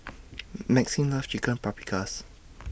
Maxim loves Chicken Paprikas